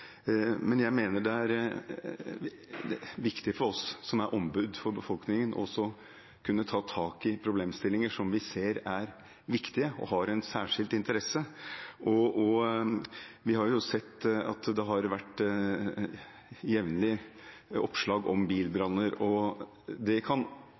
Men jeg mener det er viktig for oss som er ombud for befolkningen, også å kunne ta tak i problemstillinger som vi ser er viktige og har en særskilt interesse. Vi har sett jevnlige oppslag om bilbranner. Det kan